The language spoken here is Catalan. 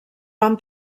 van